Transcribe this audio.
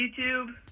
YouTube